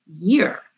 year